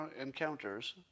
encounters